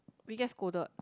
we get scolded